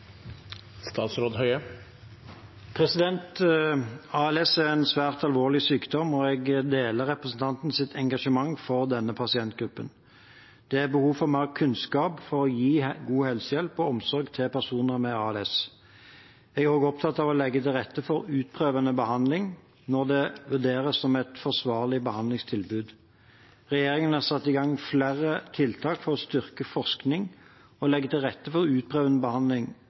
en svært alvorlig sykdom, og jeg deler representantens engasjement for denne pasientgruppen. Det er behov for mer kunnskap for å gi god helsehjelp og omsorg til personer med ALS. Jeg er også opptatt av å legge til rette for utprøvende behandling når det vurderes som et forsvarlig behandlingstilbud. Regjeringen har satt i gang flere tiltak for å styrke forskning og legge til rette for utprøvende behandling